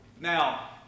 Now